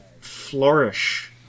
flourish